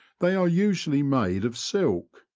they are usually made of silk,